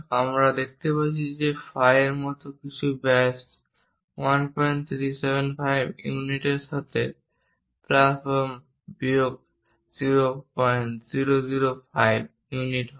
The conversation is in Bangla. আমরা দেখতে পাচ্ছি যে phi এর মত কিছু ব্যাস 1375 ইউনিটের সাথে প্লাস বা বিয়োগ 0005 ইউনিট হবে